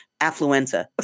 affluenza